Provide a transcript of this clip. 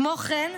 כמו כן,